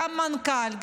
גם מנכ"ל,